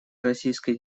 российской